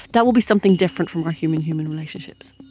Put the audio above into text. that will be something different from our human-human relationships.